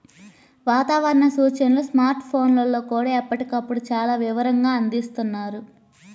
వాతావరణ సూచనలను స్మార్ట్ ఫోన్లల్లో కూడా ఎప్పటికప్పుడు చాలా వివరంగా అందిస్తున్నారు